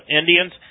Indians